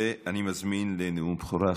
ואני מזמין לנאום בכורה,